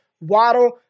Waddle